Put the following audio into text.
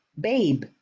Babe